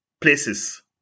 places